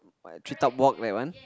tree top walk that one